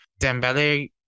Dembele